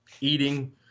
eating